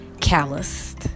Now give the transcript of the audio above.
calloused